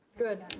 good.